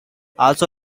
also